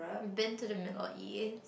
you've been to the Middle-East